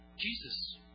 Jesus